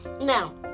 Now